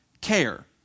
care